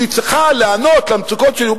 שהיא צריכה להיענות למצוקות של ירושלים.